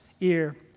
ear